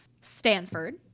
Stanford